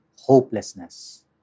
hopelessness